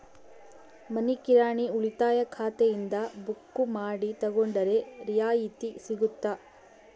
ಮನಿ ಕಿರಾಣಿ ಉಳಿತಾಯ ಖಾತೆಯಿಂದ ಬುಕ್ಕು ಮಾಡಿ ತಗೊಂಡರೆ ರಿಯಾಯಿತಿ ಸಿಗುತ್ತಾ?